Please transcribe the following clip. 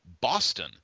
Boston